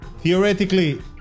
theoretically